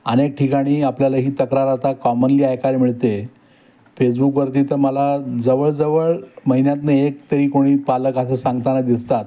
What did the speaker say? अनेक ठिकाणी आपल्याला ही तक्रार आता कॉमनली ऐकायला मिळते फेसबुकवरती तर मला जवळजवळ महिन्यातून एक तरी कोणी पालक असं सांगताना दिसतात